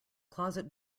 closet